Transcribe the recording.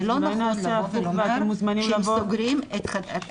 זה לא נכון לומר שסוגרים את חדרי